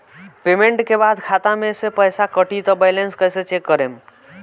Payment के बाद खाता मे से पैसा कटी त बैलेंस कैसे चेक करेम?